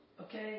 okay